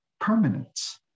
permanent